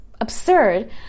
absurd